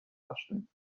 داشتیم